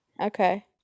Okay